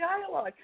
dialogue